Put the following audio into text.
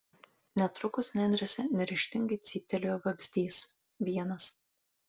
netrukus nendrėse neryžtingai cyptelėjo vabzdys vienas